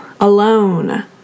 alone